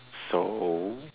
so